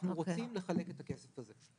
אנחנו רוצים לחלק את הכסף הזה.